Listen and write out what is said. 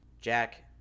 Jack